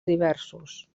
diversos